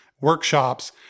workshops